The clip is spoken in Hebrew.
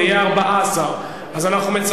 זה יהיה 14. אנחנו מצרפים